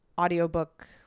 audiobook